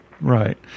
Right